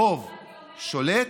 הרוב שולט,